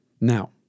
Now